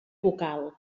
vocal